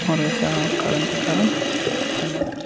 اور ٲسۍ آب کڑان تہٕ کران اِٮستعمال